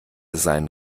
seinen